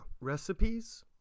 Recipes